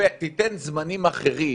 תיתן זמנים אחרים,